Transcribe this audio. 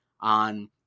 on